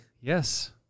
Yes